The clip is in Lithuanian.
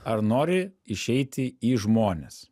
ar nori išeiti į žmones